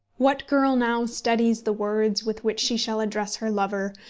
what girl now studies the words with which she shall address her lover,